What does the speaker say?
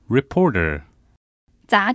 Reporter